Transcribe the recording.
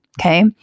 okay